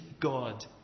God